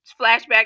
flashback